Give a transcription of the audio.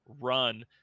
run